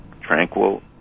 tranquil